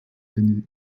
den